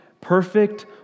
perfect